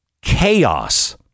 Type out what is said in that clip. chaos